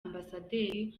ambasaderi